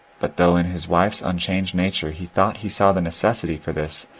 but though in his wife's unchanged nature he thought he saw the necessity for this,